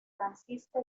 francisca